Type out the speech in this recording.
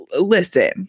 listen